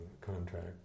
contract